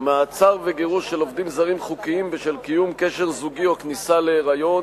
מעצר וגירוש של עובדים זרים חוקיים בשל קשר זוגי או היריון,